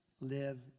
live